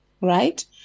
right